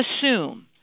assume